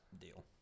deal